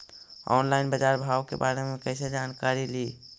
Online बाजार भाव के बारे मे कैसे जानकारी ली?